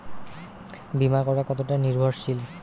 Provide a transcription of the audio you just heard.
বীমা করা কতোটা নির্ভরশীল?